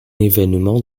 événement